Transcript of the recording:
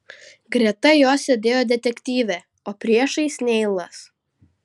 greta jo sėdėjo detektyvė o priešais neilas